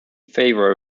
favour